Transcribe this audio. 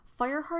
Fireheart